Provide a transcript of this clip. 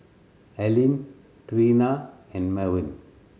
Aleen Trina and Mervin